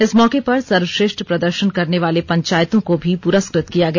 इस मौके पर सर्वश्रेष्ठ प्रदर्शन करने वाले पंचायतों को भी पुरस्कृत किया गया